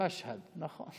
מַשהד, נכון.